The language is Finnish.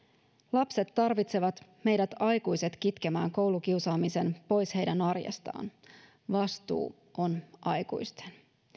lapset tarvitsevat meidät aikuiset kitkemään koulukiusaamisen pois heidän arjestaan vastuu on aikuisten